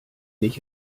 ich